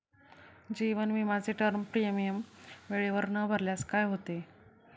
जीवन विमाचे term premium वेळेवर न भरल्यास काय होते?